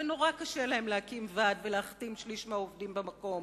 ונורא קשה להם להקים ועד ולהחתים שליש מהעובדים במקום.